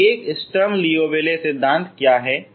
तो एक Sturm Liouville सिद्धांत क्या है